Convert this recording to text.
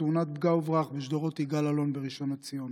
בתאונת פגע וברח בשדרות יגאל אלון בראשון לציון,